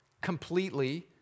completely